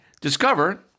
Discover